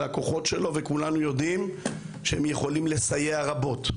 הכוחות שלו וכולנו יודעים שהם יכולים לסייע רבות.